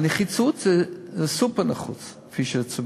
אפילו תיירות בצפון של עסקים קטנים,